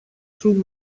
through